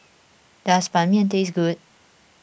does Ban Mian taste good